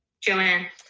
Joanne